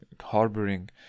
harboring